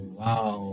wow